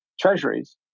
treasuries